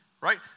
right